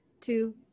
two